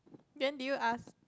then did you ask